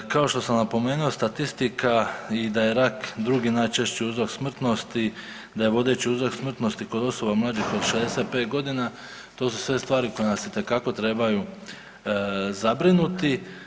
Kao što sam napomenuo statistika i da je rak drugi najčešće uzrok smrtnosti, da je vodeći uzrok smrtnosti kod osoba mlađih od 65 godina, to su sve stvari koje nas itekako trebaju zabrinuti.